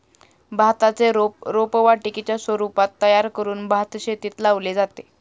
भाताचे रोप रोपवाटिकेच्या स्वरूपात तयार करून भातशेतीत लावले जाते